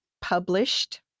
published